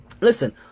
listen